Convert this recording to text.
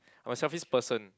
I'm a selfish person